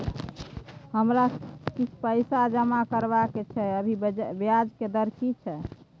हमरा किछ पैसा जमा करबा के छै, अभी ब्याज के दर की छै?